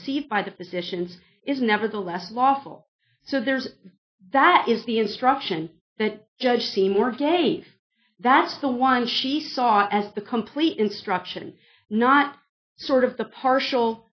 received by the physicians is nevertheless lawful so there's that is the instruction that judge seymour gave that's the one she saw as the complete instruction not sort of the partial